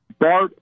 Bart